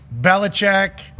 Belichick